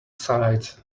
sides